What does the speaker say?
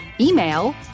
email